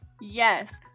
Yes